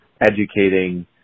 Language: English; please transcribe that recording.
educating